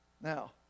Now